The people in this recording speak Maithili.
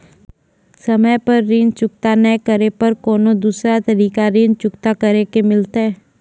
समय पर ऋण चुकता नै करे पर कोनो दूसरा तरीका ऋण चुकता करे के मिलतै?